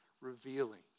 revealing